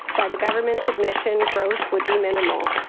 by the government's depression, growth would be minimal.